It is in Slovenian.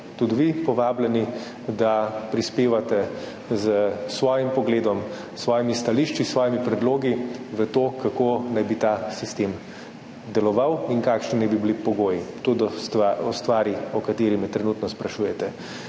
tudi vi povabljeni, da prispevate s svojim pogledom, s svojimi stališči, s svojimi predlogi k temu, kako naj bi ta sistem deloval in kakšni naj bi bili pogoji. To o stvari, o kateri me trenutno sprašujete.